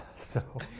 so.